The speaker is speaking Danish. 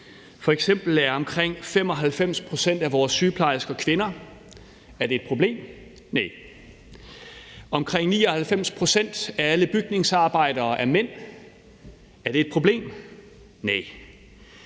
F.eks. er omkring 95 pct. af vores sygeplejersker kvinder. Er det et problem? Næh. Omkring 99 pct. af alle bygningsarbejdere er mænd. Er det et problem? Næh.